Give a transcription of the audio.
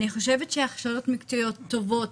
אני חושבת שהכשרת מקצועיות טובות,